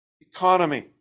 economy